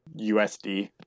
USD